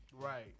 Right